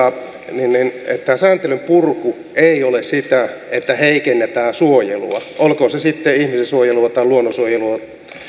niin niin että sääntelyn purku ei ole sitä että heikennetään suojelua olkoon se sitten ihmisen suojelua tai luonnon suojelua